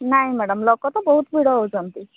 ନାଇଁ ମ୍ୟାଡମ ଲୋକ ତ ବହୁତ ଭିଡ଼ ହେଉଛନ୍ତି